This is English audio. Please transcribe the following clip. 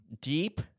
Deep